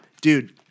dude